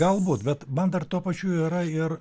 galbūt bet man dar tuo pačiu yra ir